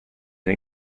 era